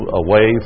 away